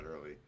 early